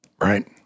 Right